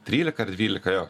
trylika ar dvylika jo